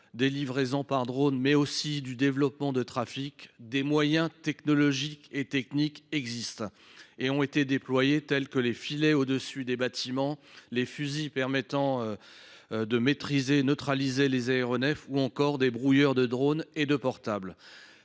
des livraisons par drone, mais aussi face au développement de trafics, des moyens technologiques et techniques existent et ont été déployés, tels que les filets au dessus des bâtiments, les fusils permettant de neutraliser les aéronefs ou encore les brouilleurs de drones et de portables.